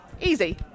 easy